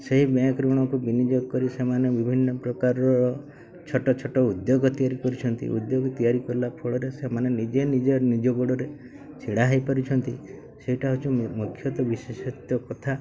ସେହି ବ୍ୟାଙ୍କ୍ ଋଣକୁ ବିନିଯୋଗ କରି ସେମାନେ ବିଭିନ୍ନ ପ୍ରକାରର ଛୋଟ ଛୋଟ ଉଦ୍ୟୋଗ ତିଆରି କରିଛନ୍ତି ଉଦ୍ୟୋଗ ତିଆରି କଲା ଫଳରେ ସେମାନେ ନିଜେ ନିଜେ ନିଜ ଗୋଡ଼ରେ ଛିଡ଼ା ହେଇପାରୁଛନ୍ତି ସେଇଟା ହେଉଛି ମୁଖ୍ୟତଃ ବିଶେଷତ୍ୱ କଥା